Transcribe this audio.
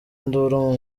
induru